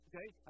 Okay